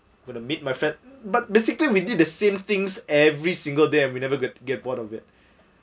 but to meet my friend but basically we did the same things every single day and we never get get bored of it